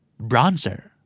Bronzer